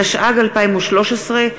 התשע"ג 2013,